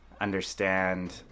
understand